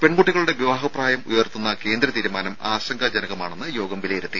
പെൺകുട്ടികളുടെ വിവാഹ പ്രായം ഉയർത്തുന്ന കേന്ദ്ര തീരുമാനം ആശങ്കാജനകമാണെന്ന് യോഗം വിലയിരുത്തി